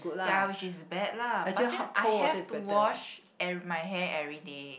ya which is bad lah but then I have to wash every~ my hair everyday